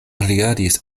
rigardis